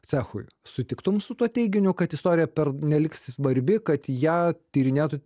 cechui sutiktum su tuo teiginiu kad istorija pernelyg svarbi kad ją tyrinėtų